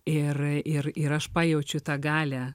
ir ir ir aš pajaučiu tą galią